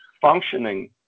functioning